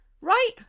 Right